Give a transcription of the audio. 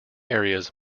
areas